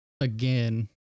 again